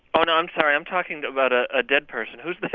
oh, no, i'm sorry. i'm talking about a ah dead person. who's but